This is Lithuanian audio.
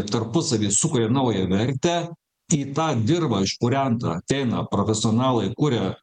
tarpusavy sukuria naują vertę į tą dirvą išpurentą ateina profesionalai kuria